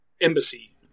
Embassy